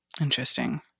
Interesting